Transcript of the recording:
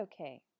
okay